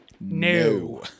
No